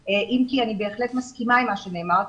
אם כי אני בהחלט מסכימה עם מה שנאמר כאן,